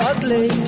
Ugly